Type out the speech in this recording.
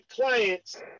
clients